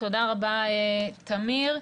תודה רבה, תמיר.